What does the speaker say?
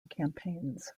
campaigns